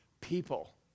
people